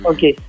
Okay